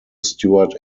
steward